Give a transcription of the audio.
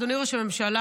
אדוני ראש הממשלה,